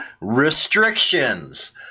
restrictions